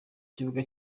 kibuga